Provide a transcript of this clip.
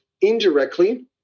indirectly